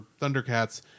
Thundercats